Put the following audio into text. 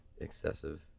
excessive